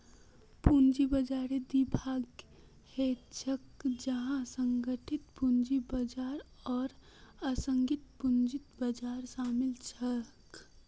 पूंजी बाजाररेर दी भाग ह छेक जहात संगठित पूंजी बाजार आर असंगठित पूंजी बाजार शामिल छेक